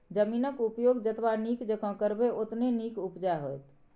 जमीनक उपयोग जतबा नीक जेंका करबै ओतने नीक उपजा होएत